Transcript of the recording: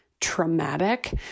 traumatic